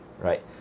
right